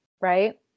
right